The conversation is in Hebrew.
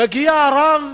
מגיע רב